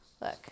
Look